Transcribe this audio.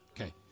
okay